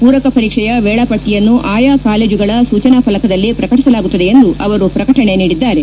ಪೂರಕ ಪರೀಕ್ಷೆಯ ವೇಳಾಪಟ್ಟಿಯನ್ನು ಆಯಾ ಕಾಲೇಜುಗಳ ಸೂಚನಾ ಫಲಕದಲ್ಲಿ ಪ್ರಕಟಿಸಲಾಗುತ್ತದೆ ಎಂದು ಅವರು ಪ್ರಕಟಣೆ ನೀಡಿದ್ದಾರೆ